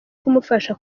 kumufasha